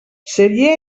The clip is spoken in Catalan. seria